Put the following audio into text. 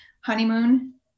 honeymoon